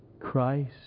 Christ